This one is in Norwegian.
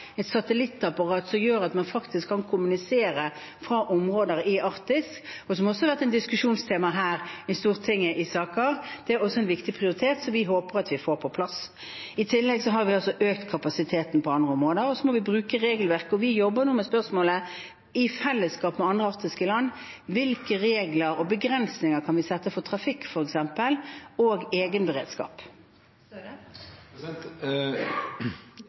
et satellittapparat, som gjør at man faktisk kan kommunisere fra områder i Arktis, og som også har vært et diskusjonstema her i Stortinget, er også en viktig prioritet som vi håper å få på plass. I tillegg har vi økt kapasiteten på andre områder. Så må vi bruke regelverket, og vi jobber nå med spørsmålet, i fellesskap med andre arktiske land: Hvilke regler og begrensninger kan vi sette for f.eks. trafikk, og